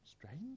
Strange